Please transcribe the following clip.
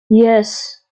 yes